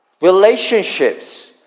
Relationships